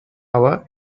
hava